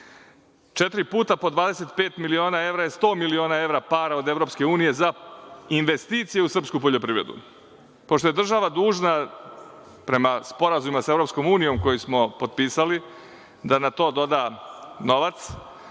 Četiri puta po 25 miliona evra je sto miliona evra para od EU za investicije u srpsku poljoprivredu. Pošto je država dužna prema sporazumima sa EU koji smo potpisali, da na to doda novac,